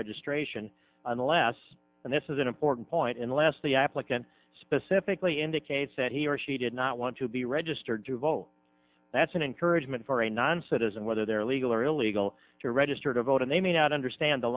registration unless and this is an important point unless the applicant specifically indicates that he or she did not want to be registered to vote that's an encouragement for a non citizen whether they're legal or illegal to register to vote and they may not understand the